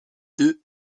deux